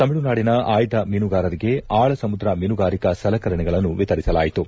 ತಮಿಳುನಾಡಿನ ಆಯ್ದ ಮೀನುಗಾರರಿಗೆ ಆಳ ಸಮುದ್ರ ಮೀನುಗಾರಿಕಾ ಸಲಕರಣೆಗಳನ್ನು ವಿತರಿಸಲಾಯಿತು